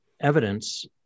evidence